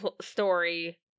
story-